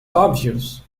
obvious